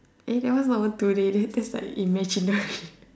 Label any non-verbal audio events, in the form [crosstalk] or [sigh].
eh that one not even two-D it's it's like imaginary [laughs]